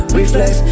reflex